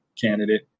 candidate